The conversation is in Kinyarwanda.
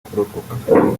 kurokoka